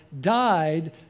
died